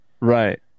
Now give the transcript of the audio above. Right